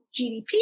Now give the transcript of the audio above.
GDP